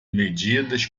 medidas